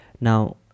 now